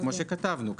כפי שכתבנו.